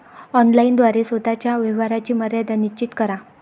online द्वारे स्वतः च्या व्यवहाराची मर्यादा निश्चित करा